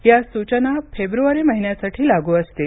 या सूचना फेब्रुवारी महिन्यासाठी लागू असतील